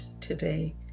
today